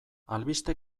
albiste